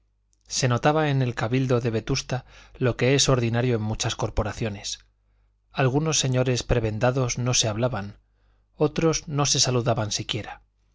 se notaba en el cabildo de vetusta lo que es ordinario en muchas corporaciones algunos señores prebendados no se hablaban otros no se saludaban siquiera